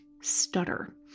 stutter